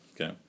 okay